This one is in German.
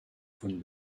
von